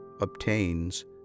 obtains